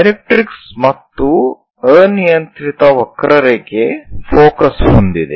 directrix ಮತ್ತು ಅನಿಯಂತ್ರಿತ ವಕ್ರರೇಖೆ ಫೋಕಸ್ ಹೊಂದಿದೆ